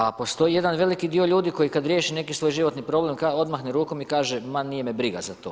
A postoji jedan veliki dio ljudi koji kad riješe neki svoj životni problem, odmahne rukom i kaže ma nije me briga za to.